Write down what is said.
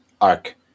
arc